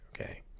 okay